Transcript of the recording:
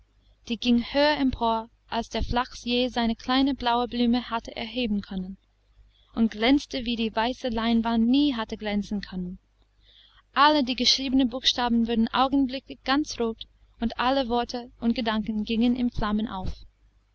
die ging höher empor als der flachs je seine kleine blaue blume hatte erheben können und glänzte wie die weiße leinwand nie hatte glänzen können alle die geschriebenen buchstaben wurden augenblicklich ganz rot und alle worte und gedanken gingen in flammen auf